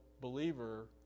believer